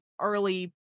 early